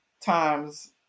times